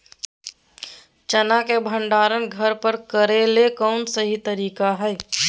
चना के भंडारण घर पर करेले कौन सही तरीका है?